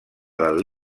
del